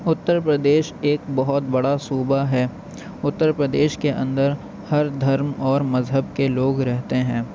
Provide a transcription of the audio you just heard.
اتر پردیش ایک بہت بڑا صوبہ ہے اتر پردیش کے اندر ہر دھرم اور مذہب کے لوگ رہتے ہیں